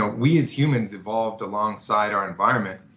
ah we as humans evolved alongside our environment.